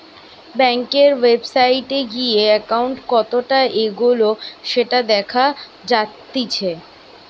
বেংকের ওয়েবসাইটে গিয়ে একাউন্ট কতটা এগোলো সেটা দেখা জাতিচ্চে